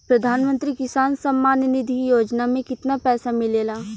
प्रधान मंत्री किसान सम्मान निधि योजना में कितना पैसा मिलेला?